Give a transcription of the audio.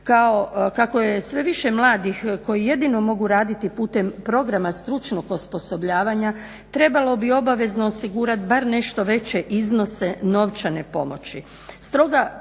Kako je sve više mladih koji jedino mogu raditi putem Programa stručnog osposobljavanja trebalo bi obavezno osigurati bar nešto veće iznose novčane pomoći.